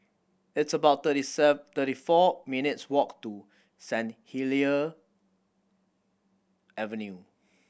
it's about thirty thirty four minutes' walk to Saint Helier Avenue